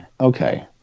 okay